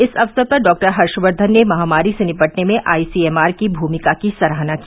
इस अवसर पर डॉ हर्षवर्धन ने महामारी से निपटने में आई सी एम आर की भूमिका की सराहना की